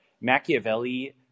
Machiavelli